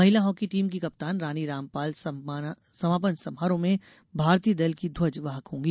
महिला hockey team की कप्तान रानी रामपाल समापन समारोह में भारतीय दल की ध्वज वाहक होंगी